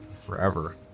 Forever